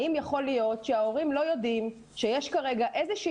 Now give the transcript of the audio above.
האם יכול להיות שההורים לא יודעים שיש כרגע איזושהי